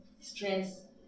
stress